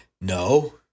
No